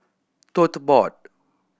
Tote Board